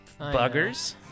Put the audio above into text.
buggers